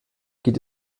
geht